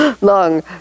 long